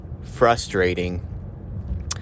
frustrating